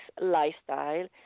lifestyle